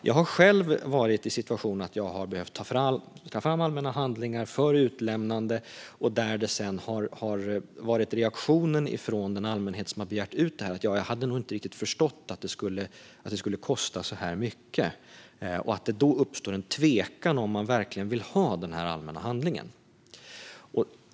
Jag har själv varit i den situationen att jag har behövt ta fram allmänna handlingar för utlämnande, där reaktionen från den allmänhet som har begärt ut de allmänna handlingarna varit att man nog inte riktigt förstått att det skulle kosta så mycket och att det då uppstått en tvekan om man verkligen har velat ha dessa allmänna handlingar. Fru talman!